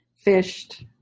fished